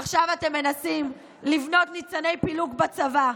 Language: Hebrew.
עכשיו אתם מנסים לבנות ניצני פילוג בצבא.